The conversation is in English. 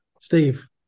Steve